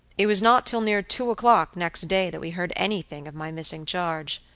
it was not till near two o'clock next day that we heard anything of my missing charge.